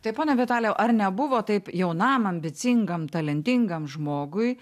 tai pone vitalijau ar nebuvo taip jaunam ambicingam talentingam žmogui